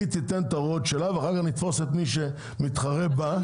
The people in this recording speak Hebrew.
היא תיתן את ההוראות שלה ואחר כך נתפוס את מי שמתחרה בה.